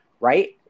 right